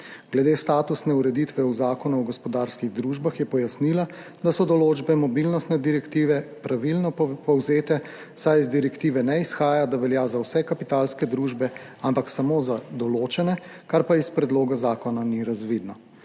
Glede statusne ureditve v Zakonu o gospodarskih družbah je pojasnila, da so določbe mobilnostne direktive pravilno povzete, saj iz direktive ne izhaja, da velja za vse kapitalske družbe, ampak samo za določene, kar pa iz predloga zakona ni razvidno.